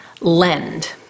lend